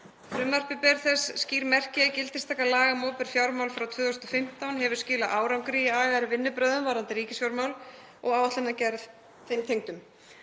Frumvarpið ber þess skýr merki að gildistaka laga um opinber fjármál frá 2015 hefur skilað árangri i agaðri vinnubrögðum varðandi ríkisfjármál og áætlanagerð þeim tengdum.